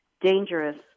dangerous